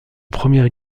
première